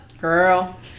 Girl